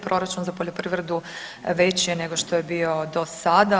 Proračun za poljoprivredu veći je nego što je bio do sada.